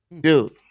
dude